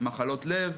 מחלות לב,